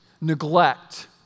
neglect